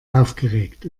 aufgeregt